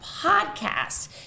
podcast